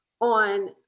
on